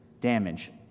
damage